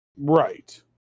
Right